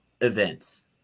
events